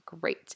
Great